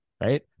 right